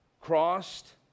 crossed